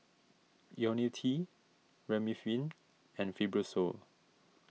Ionil T Remifemin and Fibrosol